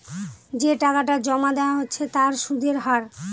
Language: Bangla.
যে টাকাটা জমা দেওয়া হচ্ছে তার সুদের হার